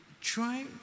try